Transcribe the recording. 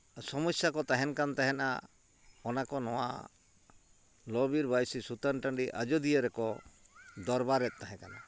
ᱥᱚᱢᱚᱥᱥᱟ ᱠᱚ ᱛᱟᱦᱮᱱ ᱠᱟᱱ ᱛᱟᱦᱮᱱᱟ ᱚᱱᱟ ᱠᱚ ᱱᱚᱣᱟ ᱞᱚᱼᱵᱤᱨ ᱵᱟᱹᱭᱥᱤ ᱥᱩᱛᱟᱹᱱ ᱴᱟᱺᱰᱤ ᱟᱡᱚᱫᱤᱭᱟᱹ ᱨᱮᱠᱚ ᱫᱚᱨᱵᱟᱨᱮᱫ ᱛᱟᱦᱮᱸᱫ ᱠᱟᱱᱟ